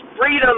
freedom